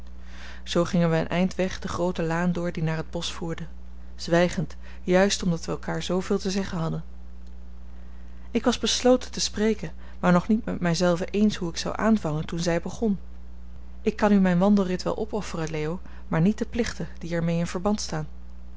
zoo gingen wij een eind weg de groote laan door die naar het bosch voerde zwijgend juist omdat wij elkaar zooveel te zeggen hadden ik was besloten te spreken maar nog niet met mij zelven eens hoe ik zou aanvangen toen zij begon ik kan u mijn wandelrit wel opofferen leo maar niet de plichten die er mee in verband staan